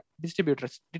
Distributors